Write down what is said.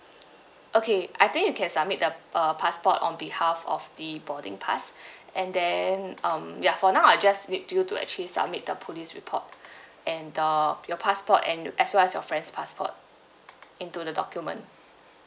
okay I think you can submit the uh passport on behalf of the boarding pass and then um ya for now I just need you to actually submit the police report and the your passport and as well as your friend's passport into the document